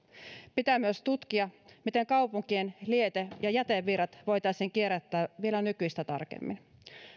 pitää myös tutkia miten kaupunkien liete ja jätevirrat voitaisiin kierrättää vielä nykyistä tarkemmin